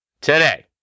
Today